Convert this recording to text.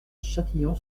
châtillon